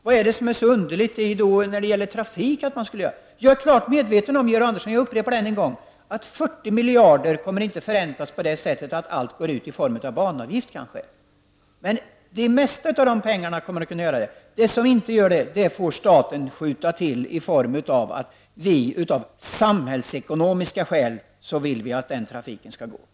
Vad är det som är så underligt i att man gör detta när det gäller trafik? Jag är fullt medveten om, Georg Andersson, att 40 miljarder inte kommer att förräntas i form av banavgift. Men det mesta av de pengarna skulle kunna göra det. Det som inte förräntas får staten skjuta till eftersom vi av samhällsekonomiska skäl vill att trafiken skall fortsätta.